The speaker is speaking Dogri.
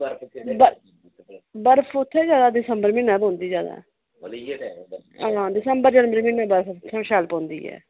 नेई बर्फ बर्फ उत्थै ज्यादा दिसम्बर महिने गै पौंदी ऐ ज्यादा मतलब कि इये टाइम ऐ हां दिसम्बर जनवरी महिने बर्फ शैल पौंदी ऐ